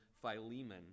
Philemon